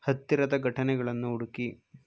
ಹತ್ತಿರದ ಘಟನೆಗಳನ್ನು ಹುಡುಕಿ